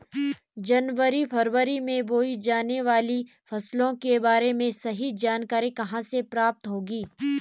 जनवरी फरवरी में बोई जाने वाली फसलों के बारे में सही जानकारी कहाँ से प्राप्त होगी?